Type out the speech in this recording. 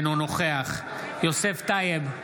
אינו נוכח יוסף טייב,